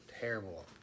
terrible